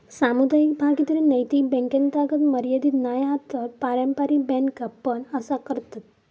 सामुदायिक भागीदारी नैतिक बॅन्कातागत मर्यादीत नाय हा तर पारंपारिक बॅन्का पण असा करतत